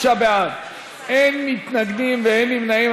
45 בעד, אין מתנגדים ואין נמנעים.